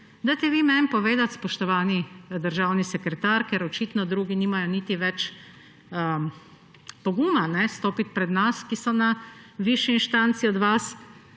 Dajte vi meni povedati, spoštovani državni sekretar, ker očitno drugi več nimajo niti poguma stopiti pred nas, ki so na višji inštanci od vas,